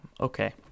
Okay